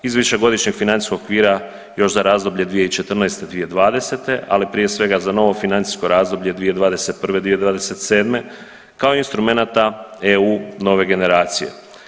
Izvješća godišnjeg financijskog okvira još za razdoblje 2014.-2020. ali prije svega za novo financijsko razdoblje 2021.-2027. kao instrumenata EU nove generacije.